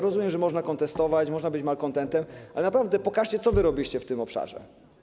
Rozumiem, że można kontestować, można być malkontentem, ale naprawdę pokażcie, co wy robiliście w tym obszarze.